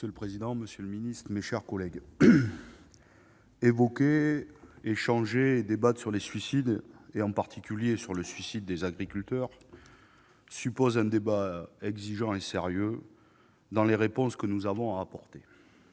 Monsieur le président, monsieur le ministre, mes chers collègues, évoquer, échanger et débattre sur le suicide, en particulier sur celui des agriculteurs, suppose un débat exigeant et sérieux, pour apporter